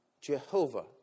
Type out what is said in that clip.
Jehovah